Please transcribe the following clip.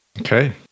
Okay